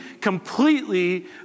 completely